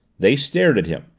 they stared at him,